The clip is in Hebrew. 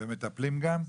ומטפלים גם?